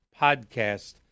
podcast